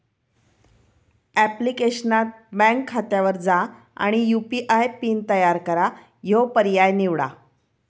ऍप्लिकेशनात बँक खात्यावर जा आणि यू.पी.आय पिन तयार करा ह्यो पर्याय निवडा